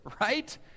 right